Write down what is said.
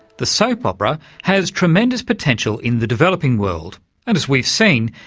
the soap opera has tremendous potential in the developing world and, as we've seen,